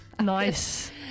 Nice